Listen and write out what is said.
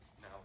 Now